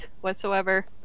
whatsoever